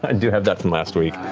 and do have that from last week.